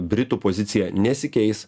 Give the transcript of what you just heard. britų pozicija nesikeis